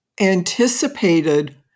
anticipated